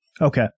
Okay